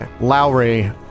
Lowry